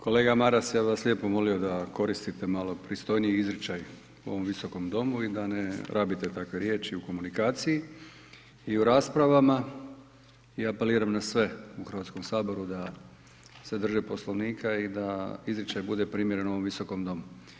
Kolega Maras, ja bih vas lijepo molio da koristite malo pristojniji izričaj u ovom Visokom domu i da ne rabite takve riječi u komunikaciji i u raspravama i apeliram na sve u HS-u da se drže Poslovnika i da izričaj bude primjeren ovom Visokom domu.